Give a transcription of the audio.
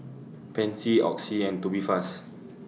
Pansy Oxy and Tubifast